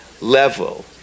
level